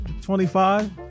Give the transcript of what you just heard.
25